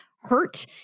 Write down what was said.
hurt